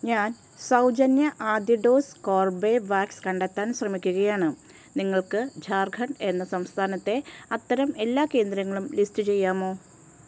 ഞാൻ സൗജന്യ ആദ്യ ഡോസ് കോർബെവാക്സ് കണ്ടെത്താൻ ശ്രമിക്കുകയാണ് നിങ്ങൾക്ക് ഝാർഖണ്ഡ് എന്ന സംസ്ഥാനത്തെ അത്തരം എല്ലാ കേന്ദ്രങ്ങളും ലിസ്റ്റ് ചെയ്യാമോ